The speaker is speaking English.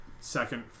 second